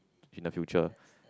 in the future